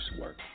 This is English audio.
work